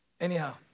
Anyhow